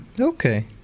Okay